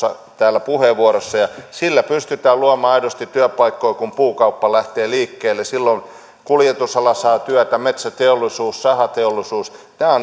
täällä puheenvuorossa sillä pystytään luomaan aidosti työpaikkoja kun puukauppa lähtee liikkeelle silloin kuljetusala saa työtä metsäteollisuus sahateollisuus nämä ovat